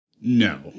No